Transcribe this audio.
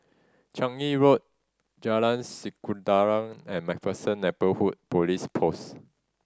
Changi Road Jalan Sikudanran and Macpherson Neighbourhood Police Post